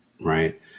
right